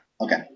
Okay